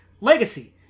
legacy